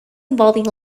involving